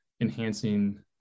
enhancing